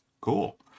Cool